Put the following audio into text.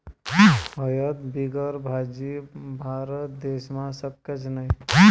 हयद बिगर भाजी? भारत देशमा शक्यच नही